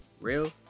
real